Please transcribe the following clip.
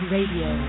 Radio